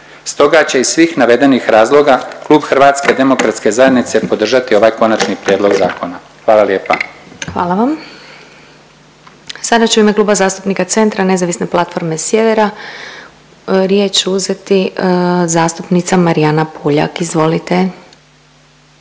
Stoga će iz svih navedenih razloga klub HDZ-a podržati ovaj konačni prijedlog zakona. Hvala lijepa. **Glasovac, Sabina (SDP)** Hvala vam. Sada će u ime Kluba zastupnika Centra, Nezavisne platforme Sjevera riječ uzeti zastupnica Marijana Puljak. Izvolite.